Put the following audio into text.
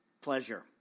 pleasure